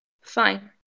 fine